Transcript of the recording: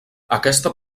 aquesta